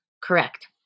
Correct